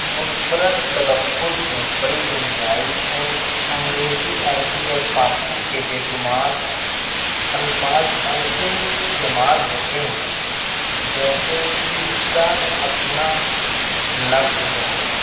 منفرد تلفظ میں بڑی گنجائش ہے انگریزی عربی اور فارسی کے بےشمار الفاظ ایسے استعمال ہوتے ہیں جیسے کی اس کا اپنا لفظ ہے